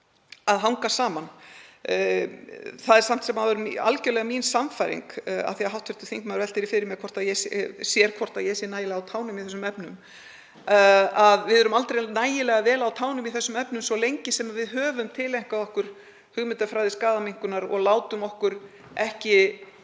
að hanga saman. Það er samt sem áður algjörlega mín sannfæring, af því að hv. þingmaður velti því fyrir sér hvort ég sé nægilega á tánum í þessum efnum, að við erum aldrei nægilega vel á tánum í þessum efnum svo lengi sem við höfum tileinkað okkur hugmyndafræði skaðaminnkunar og látum okkur ekki